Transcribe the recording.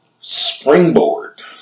springboard